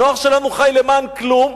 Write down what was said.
הנוער של היום חי למען כלום,